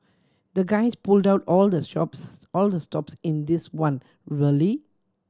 the guys pulled out all the stops all the stops in this one really